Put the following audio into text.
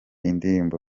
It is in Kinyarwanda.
indirimbo